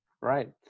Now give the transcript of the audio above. Right